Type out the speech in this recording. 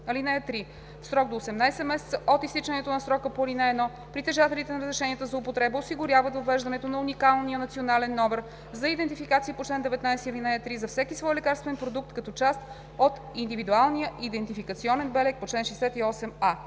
(3) В срок до 18 месеца от изтичането на срока по ал. 1 притежателите на разрешения за употреба осигуряват въвеждането на уникалния национален номер за идентификация по чл. 19, ал. 3 за всеки свой лекарствен продукт като част от индивидуалния идентификационен белег по чл. 68а.“